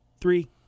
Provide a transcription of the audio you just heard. Three